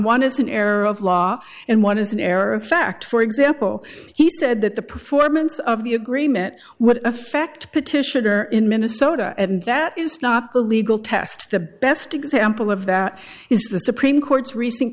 one is an error of law and one is an error of fact for example he said that the performance of the agreement would affect petitioner in minnesota and that is not the legal test the best example of that is the supreme court's recent